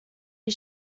die